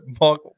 Mark